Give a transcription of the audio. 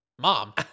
Mom